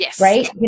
right